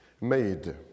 made